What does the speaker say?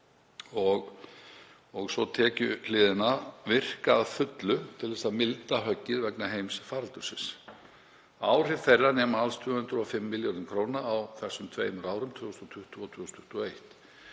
og svo tekjuhliðina, virka að fullu til að milda höggið vegna heimsfaraldursins. Áhrif þeirra nema alls 205 milljörðum kr. á þessum tveimur árum, 2020 og 2021.